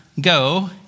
go